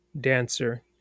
dancer